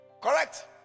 Correct